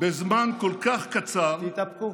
בזמן כל כך קצר, תתאפקו.